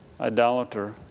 idolater